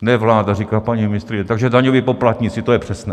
Ne vláda, říká paní ministryně, takže daňoví poplatníci, to je přesné.